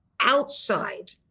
outside